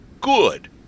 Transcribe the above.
good